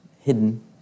hidden